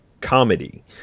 comedy